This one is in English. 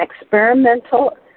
experimental